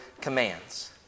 commands